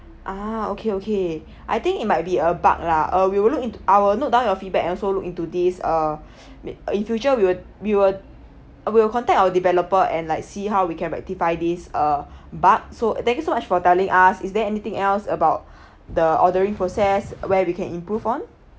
ah okay okay I think it might be a bug lah err we will look into I will note down your feedback also look into this err in future we will we will uh we will contact our developer and like see how we can rectify this uh but so thank you so much for telling us is there anything else about the ordering process where we can improve on